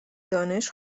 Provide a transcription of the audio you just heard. دانش